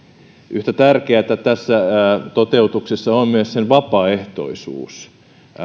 yhtä tärkeätä tässä toteutuksessa on myös sen vapaaehtoisuus